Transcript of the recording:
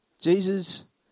Jesus